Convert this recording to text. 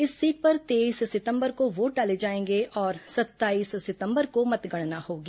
इस सीट पर तेईस सितंबर को वोट डाले जाएंगे और सत्ताईस सितंबर को मतगणना होगी